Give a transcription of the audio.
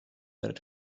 der